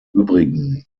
übrigen